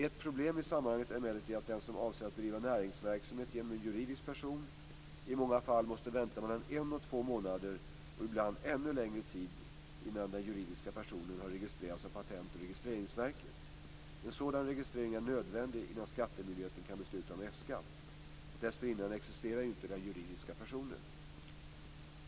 Ett problem i sammanhanget är emellertid att den som avser att bedriva näringsverksamhet genom en juridisk person i många fall måste vänta mellan en och två månader och ibland ännu längre innan den juridiska personen har registrerats av Patent och registreringsverket. En sådan registrering är nödvändig innan skattemyndigheten kan besluta om F-skatt. Dessförinnan existerar ju inte den juridiska personen.